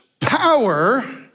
power